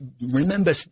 remember